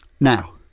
Now